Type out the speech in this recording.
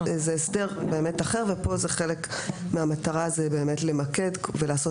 זה הסדר אחר כאשר כאן חלק מהמטרה היא למקד ולעשות